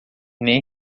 nem